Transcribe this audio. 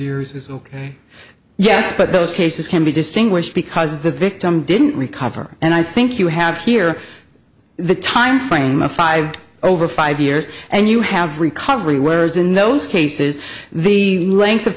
years is ok yes but those cases can be distinguished because the victim didn't recover and i think you have here the time frame of five over five years and you have recovery whereas in those cases the length of